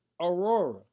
Aurora